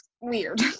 weird